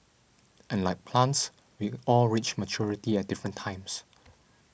and like plants we all reach maturity at different times